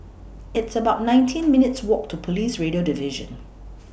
It's about nineteen minutes' Walk to Police Radio Division